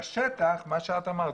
בשטח מה שאת אמרת,